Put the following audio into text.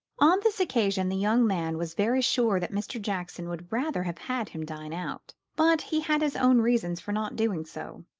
on this occasion the young man was very sure that mr. jackson would rather have had him dine out but he had his own reasons for not doing so.